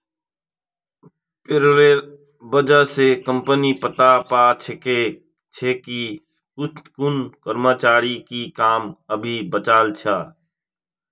पेरोलेर वजह स कम्पनी पता पा छे कि कुन कर्मचारीर की काम अभी बचाल छ